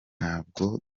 n’ubwo